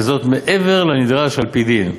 וזאת מעבר לנדרש על-פי דין,